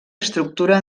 estructura